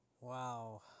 Wow